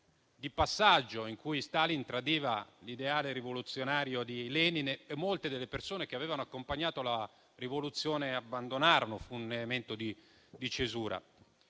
di passaggio, in cui Stalin tradiva l'ideale rivoluzionario di Lenin: molte delle persone che avevano accompagnato la rivoluzione abbandonarono e ci fu un elemento di cesura.